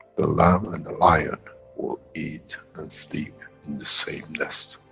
the lamb and the lion will eat and sleep in the same nest.